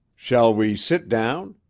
shall we sit down?